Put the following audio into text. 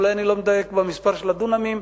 אולי אני לא מדייק במספר הדונמים.